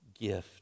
gift